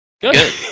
Good